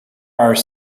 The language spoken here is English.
are